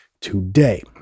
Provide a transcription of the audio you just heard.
today